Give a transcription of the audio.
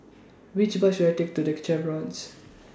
Which Bus should I Take to The Chevrons